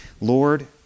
Lord